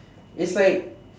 is like